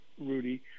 Rudy